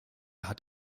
hat